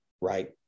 right